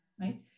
Right